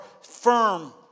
firm